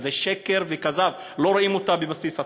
אז זה שקר וכזב, לא רואים אותה בבסיס התקציב.